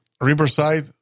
Riverside